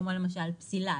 כמו פסילה,